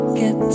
get